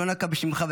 הוא לא נקב בשמך,